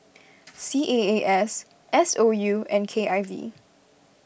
C A A S S O U and K I V